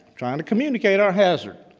trying to communicate our hazard.